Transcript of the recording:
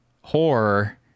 horror